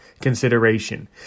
consideration